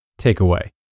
Takeaway